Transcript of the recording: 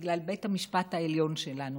בגלל בית המשפט העליון שלנו,